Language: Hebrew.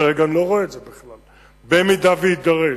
כרגע אני לא רואה את זה בכלל, במידה שזה יידרש,